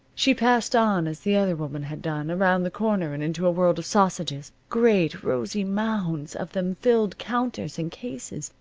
she passed on as the other woman had done, around the corner, and into a world of sausages. great rosy mounds of them filled counters and cases.